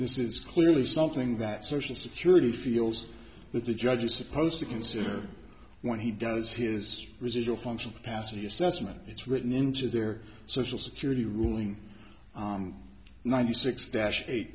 this is clearly something that social security feels that the judge is supposed to consider when he does his residual functional passage assessment it's written into their social security ruling ninety six dash